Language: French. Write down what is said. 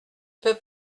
peut